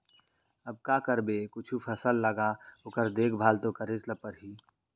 अब का करबे कुछु फसल लगा ओकर देखभाल तो करेच ल परही